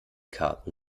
karten